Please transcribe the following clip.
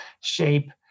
shape